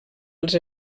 els